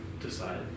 decide